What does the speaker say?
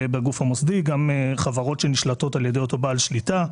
גם חברות שנשלטות על ידי אותו בעל שליטה,